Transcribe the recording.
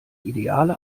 ideale